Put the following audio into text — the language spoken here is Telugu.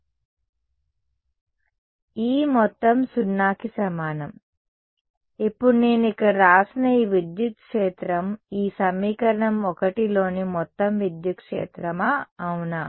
E మొత్తం 0 కి సమానం ఇప్పుడు నేను ఇక్కడ వ్రాసిన ఈ విద్యుత్ క్షేత్రం ఈ సమీకరణం 1లోని మొత్తం విద్యుత్ క్షేత్రమా అవునా